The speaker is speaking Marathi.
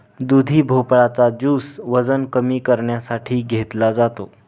दुधी भोपळा चा ज्युस वजन कमी करण्यासाठी घेतला जातो